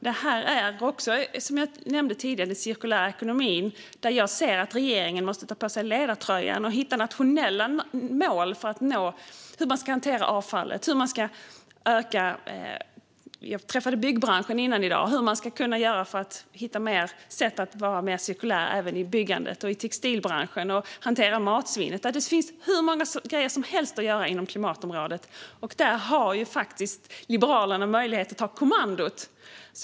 Som jag nämnde tidigare handlar detta också om den cirkulära ekonomin, och där ser jag att regeringen måste ta på sig ledartröjan och hitta nationella mål för hur vi ska hantera avfallet. Jag träffade byggbranschen tidigare i dag, och vi pratade om hur man ska hitta sätt att vara mer cirkulär inom byggbranschen. Det gäller även textilbranschen och hanteringen av matsvinnet; det finns hur många grejer som helst att göra inom klimatområdet. Där har Liberalerna faktiskt möjlighet att ta kommandot.